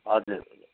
हजुर